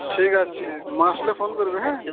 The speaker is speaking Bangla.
ঠিক আছে মা আসলে ফোন করবে হ্যাঁ